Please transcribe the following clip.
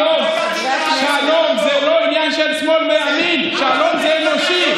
שלום זה לא עניין של שמאל וימין, שלום זה אנושי.